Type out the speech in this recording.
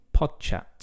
Podchat